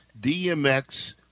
DMX